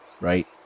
right